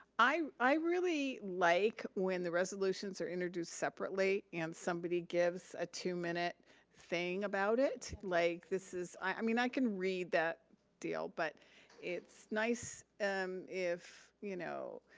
i i really like when the resolutions are introduced separately and somebody gives a two minute thing about it. like, this is, i mean, i can read that deal but it's nice if, you know,